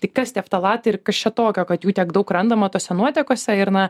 tai kas tie ftalatai ir kas čia tokio kad jų tiek daug randama tose nuotekose ir na